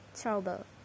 trouble